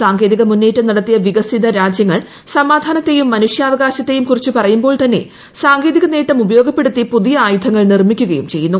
സാങ്കേതിക മുന്നേറ്റം നടത്തിയ വികസിത രാജ്യങ്ങൾ സമാധാനത്തെയും മനുഷ്യാവകാശത്തെയുംകുറിച്ച് പറയുമ്പോൾ തന്നെ സാങ്കേതിക നേട്ടം ഉപയോഗപ്പെടുത്തി പുതിയ ആയുധങ്ങൾ നിർമ്മിക്കുകയും ചെയ്യുന്നു